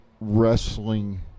wrestling